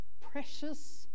precious